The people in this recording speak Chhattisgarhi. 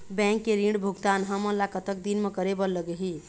बैंक के ऋण भुगतान हमन ला कतक दिन म करे बर लगही?